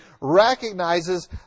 recognizes